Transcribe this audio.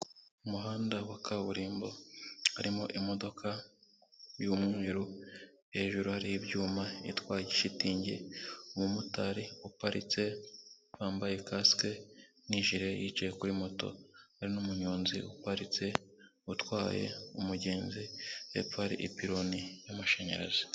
Umuhanda wa kaburimbo harimo imodoka y'umweru, hejuru hariho ibyuma, itwaye shitingi, umumotari uparitse wambaye kasike n'ijire yicaye kuri moto, hari n'umuyonzi uparitse utwaye umugenzi hepfo hari ipironi y'amashanyarazi.